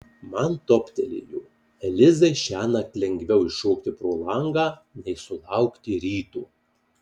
man toptelėjo elizai šiąnakt lengviau iššokti pro langą nei sulaukti ryto